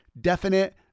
definite